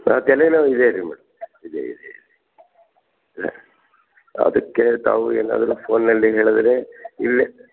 ಹಾಂ ತಲೆ ನೋವು ಇದೆ ರೀ ಮೇಡಮ್ ಇದೆ ಇದೆ ಇದೆ ಹಾಂ ಅದಕ್ಕೆ ತಾವು ಏನಾದರೂ ಫೋನಲ್ಲಿ ಹೇಳಿದ್ರೆ ಇಲ್ಲೇ